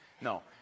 No